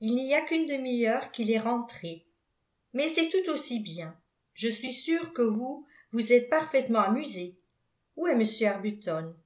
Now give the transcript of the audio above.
il n'y a qu'une demi-heure qu'il est rentré mais c'est tout aussi bien je suis sûre que vous vous êtes parfaitement amusés où est m arbuton